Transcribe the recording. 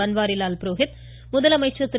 பன்வாரிலால் புரோஹித் முதலமைச்சர் திரு